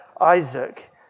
Isaac